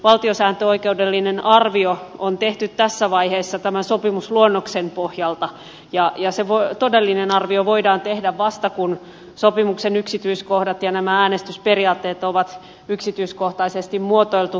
valtiosääntöoikeudellinen arvio on tehty tässä vaiheessa tämän sopimusluonnoksen pohjalta ja se todellinen arvio voidaan tehdä vasta kun sopimuksen yksityiskohdat ja nämä äänestysperiaatteet on yksityiskohtaisesti muotoiltu